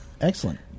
Excellent